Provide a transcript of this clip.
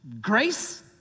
grace